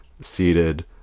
seated